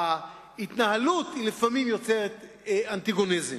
וההתנהלות יוצרת לפעמים אנטגוניזם.